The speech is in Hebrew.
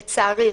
לצערי,